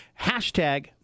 Hashtag